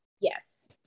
yes